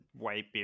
Whitebeard